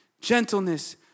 gentleness